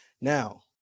now